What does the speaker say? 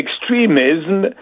extremism